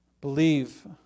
Believe